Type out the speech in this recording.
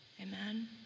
Amen